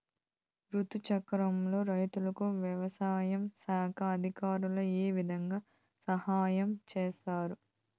రుతు చక్రంలో రైతుకు వ్యవసాయ శాఖ అధికారులు ఏ విధంగా సహాయం చేస్తారు?